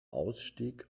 ausstieg